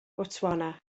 botswana